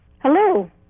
Hello